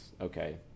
Okay